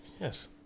Yes